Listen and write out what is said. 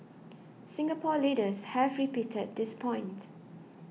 Singapore leaders have repeated this point